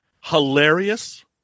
Hilarious